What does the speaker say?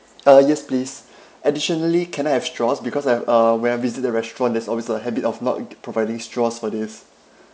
ah yes please additionally can I have straws because I've uh when I visit the restaurant there's always a habit of not providing straws for this